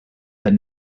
but